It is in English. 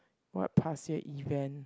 what past year event